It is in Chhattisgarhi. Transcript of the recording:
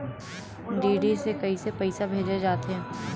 डी.डी से कइसे पईसा भेजे जाथे?